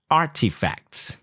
artifacts